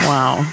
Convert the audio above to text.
Wow